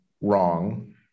wrong